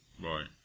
Right